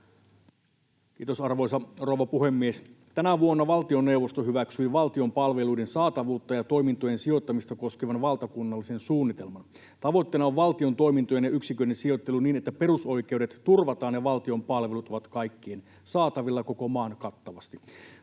Kiitos, arvoisa rouva puhemies! Tänä vuonna valtioneuvosto hyväksyi valtion palveluiden saatavuutta ja toimintojen sijoittamista koskevan valtakunnallisen suunnitelman. Tavoitteena on valtion toimintojen ja yksiköiden sijoittelu niin, että perusoikeudet turvataan ja valtion palvelut ovat kaikkien saatavilla koko maan kattavasti.